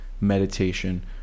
meditation